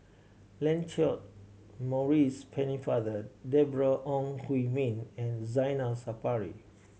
Lancelot Maurice Pennefather Deborah Ong Hui Min and Zainal Sapari